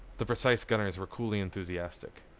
the precise gunners were coolly enthusiastic.